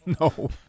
No